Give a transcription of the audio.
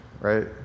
right